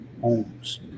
homes